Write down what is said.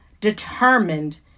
determined